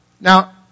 Now